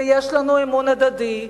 ויש לנו אמון הדדי,